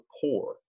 poor